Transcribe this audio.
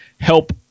help